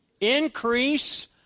Increase